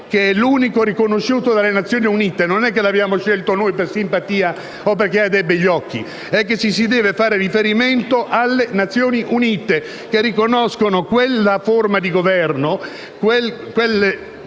che è l'unico soggetto riconosciuto dalle Nazioni Unite: non è che l'abbiamo scelto noi per simpatia o perché ha dei begli occhi; è che si deve far riferimento alle Nazioni Unite, che riconoscono quella forma di Governo,